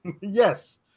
Yes